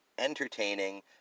entertaining